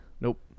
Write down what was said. Nope